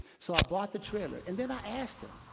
so i bought the trailer. and then i asked him,